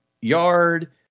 yard